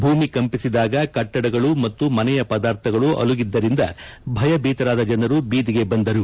ಭೂಮಿ ಕಂಪಿಸಿದಾಗ ಕಟ್ಟಡಗಳು ಮತ್ತು ಮನೆಯ ಪದಾರ್ಥಗಳು ಅಲುಗಿದ್ದರಿಂದ ಭಯಭೀತರಾದ ಜನರು ಬೀದಿಗೆ ಬಂದರು